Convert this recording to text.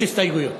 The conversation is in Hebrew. יש הסתייגויות.